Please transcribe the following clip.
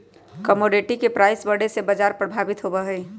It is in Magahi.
कमोडिटी के प्राइस बढ़े से बाजार प्रभावित होबा हई